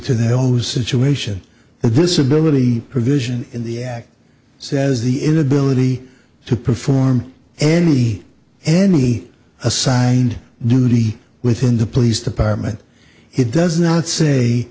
own situation the disability provision in the act says the inability to perform any any assigned duty within the police department it does not say